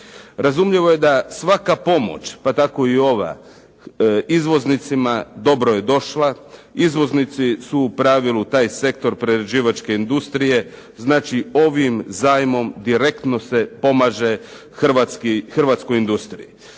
Razumljivo je da svaka pomoć pa tako i ova izvoznicima dobro je došla. Izvoznici su u pravilu taj sektor prerađivačke industrije, znači ovim zajmom direktno se pomaže hrvatskoj industriji.